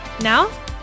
Now